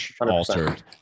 altered